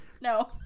no